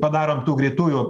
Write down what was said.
padarom tų greitųjų